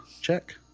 check